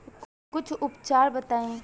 कुछ उपचार बताई?